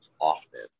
often